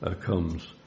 comes